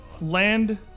land